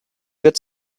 get